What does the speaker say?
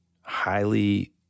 highly